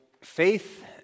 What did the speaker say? faith